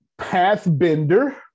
Pathbender